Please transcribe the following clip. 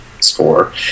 score